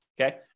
Okay